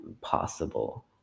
possible